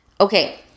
Okay